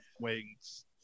Wings